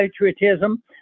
patriotism